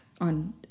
on